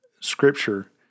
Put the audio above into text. scripture